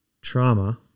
trauma